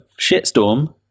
shitstorm